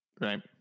Right